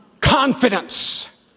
Confidence